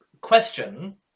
question